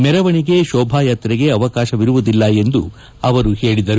ಮೆರವಣಿಗೆ ಶೋಭಾಯಾತ್ರೆಗೆ ಅವಕಾಶವಿರುವುದಿಲ್ಲ ಎಂದು ಅವರು ಹೇಳಿದರು